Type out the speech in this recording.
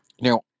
Now